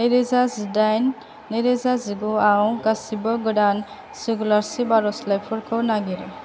नै रोजा जि दाइन नै रोजा जिगु आव गासिबो गोदान स्क'लारसिफ आर'जलाइफोरखौ नागिर